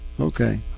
Okay